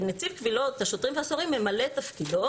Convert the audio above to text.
נציב קבילות השוטרים והסוהרים ממלא את תפקידו